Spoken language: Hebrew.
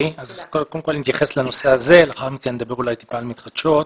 אני קודם אתייחס לנושא הזה ולאחר מכן נדבר קצת על מתחדשות.